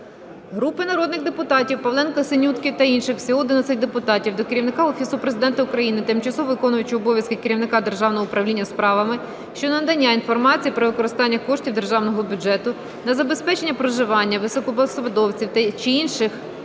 Групи народних депутатів (Павленка, Синютки та інших. Всього 11 депутатів) до Керівника Офісу Президента України, тимчасово виконуючого обов'язки керівника Державного управління справами щодо надання інформації про використання коштів державного бюджету на забезпечення проживання високопосадовців чи інших